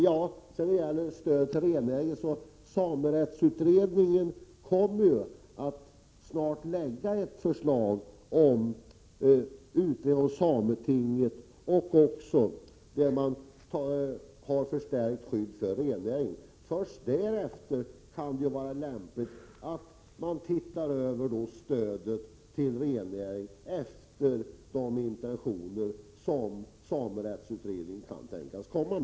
När det sedan gäller stödet till rennäringen kommer samerättsutredningen snart att lägga fram ett förslag om sameting och om ett förstärkt skydd för rennäringen. Först därefter kan det vara lämpligt att se över frågan om stöd till rennäringen enligt de intentioner som samerättsutredningen presenterat.